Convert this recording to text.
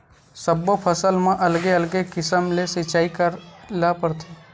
सब्बो फसल म अलगे अलगे किसम ले सिचई करे ल परथे